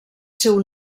seu